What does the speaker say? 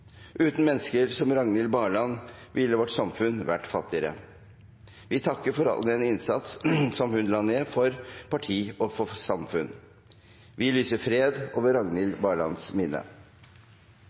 Uten mennesker som Ragnhild Barland ville vårt samfunn vært fattigere. Vi takker for all den innsats som hun la ned for parti og samfunn. Vi lyser fred over Ragnhild